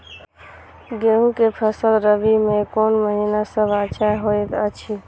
गेहूँ के फसल रबि मे कोन महिना सब अच्छा होयत अछि?